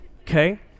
Okay